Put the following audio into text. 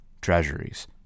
treasuries